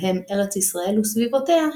בהם ארץ ישראל וסביבותיה,